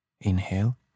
Inhale